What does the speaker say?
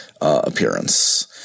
appearance